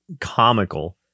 comical